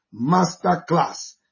Masterclass